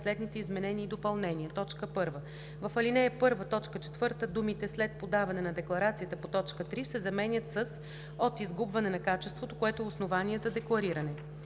следните изменения и допълнения: 1. В ал. 1, т. 4 думите „след подаване на декларацията по т. 3“ се заменят с „от изгубване на качеството, което е основание за деклариране“.